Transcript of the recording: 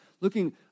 looking